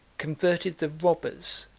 converted the robbers,